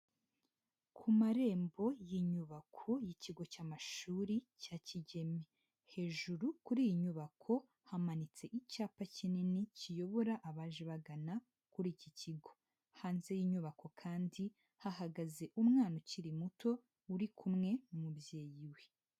Ku marembo y'inyubako y'ikigo cy'amashuri cya kigeme, hejuru kuri iyi nyubako hamanitse icyapa kinini kiyobora abaje bagana kuri iki kigo, hanze y'inyubako kandi hahagaze umwana ukiri muto, uri kumwe n'umubyeyi we.